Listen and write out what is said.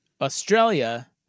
Australia